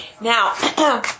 Now